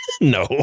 No